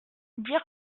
dire